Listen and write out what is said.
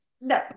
no